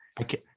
Okay